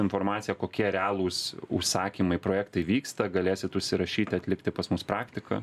informacija kokie realūs užsakymai projektai vyksta galėsit užsirašyti atlikti pas mus praktiką